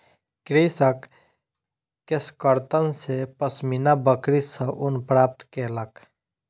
कृषक केशकर्तन सॅ पश्मीना बकरी सॅ ऊन प्राप्त केलक